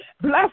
Bless